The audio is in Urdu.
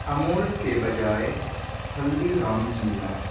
امول کے بجائے ہلدی رامز ملا